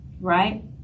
right